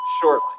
shortly